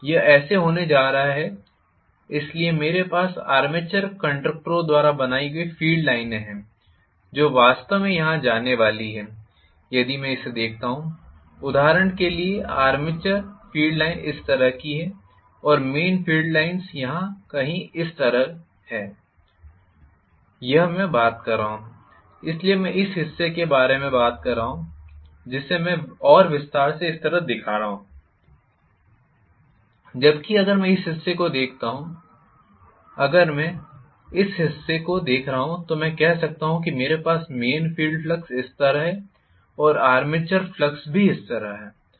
ये ऐसे होने जा रहा है इसलिए मेरे पास आर्मेचर कंडक्टरों द्वारा बनाई गई फ़ील्ड लाइनें हैं जो वास्तव में यहाँ जाने वाली हैं यदि मैं इसे देखता हूं उदाहरण के लिए आर्मेचर फील्ड लाइन इस तरह की है और मेन फील्ड लाइन्स यहाँ कहीं इस तरह है यह मैं बात कर रहा हूँ इसलिए मैं इस हिस्से के बारे में बात कर रहा हूं जिसे मैं और विस्तार से इस तरह दिखा रहा हूं जबकि अगर मैं इस हिस्से को देखता हूं अगर मैं इस हिस्से को देख रहा हूं तो मैं कह सकता हूं कि मेरे पास मेन फील्ड फ्लक्स इस तरह है और आर्मेचर फ्लक्स भी इस तरह है